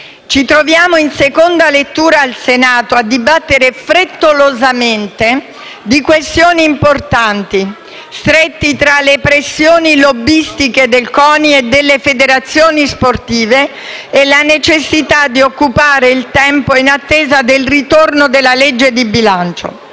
ci troviamo in seconda lettura al Senato a dibattere frettolosamente di questioni importanti, stretti tra le pressioni lobbistiche del CONI e delle federazioni sportive e la necessità di occupare il tempo in attesa del ritorno della legge di bilancio.